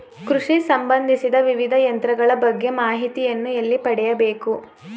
ಕೃಷಿ ಸಂಬಂದಿಸಿದ ವಿವಿಧ ಯಂತ್ರಗಳ ಬಗ್ಗೆ ಮಾಹಿತಿಯನ್ನು ಎಲ್ಲಿ ಪಡೆಯಬೇಕು?